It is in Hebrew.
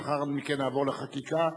לאחר מכן נעבור לחקיקה.